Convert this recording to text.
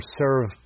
serve